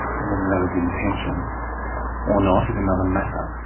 whether that was the intention or not is another matter.